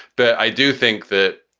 but i do think that.